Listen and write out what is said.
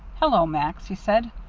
hello, max, he said.